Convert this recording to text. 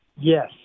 Yes